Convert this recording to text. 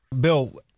Bill